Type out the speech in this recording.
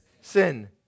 sin